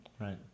right